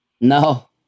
No